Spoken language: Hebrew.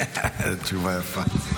איזו תשובה יפה.